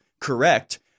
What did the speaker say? Correct